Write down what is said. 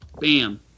Bam